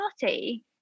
party